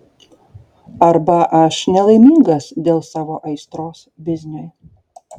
arba aš nelaimingas dėl savo aistros bizniui